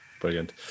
Brilliant